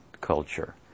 culture